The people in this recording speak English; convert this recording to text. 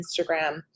Instagram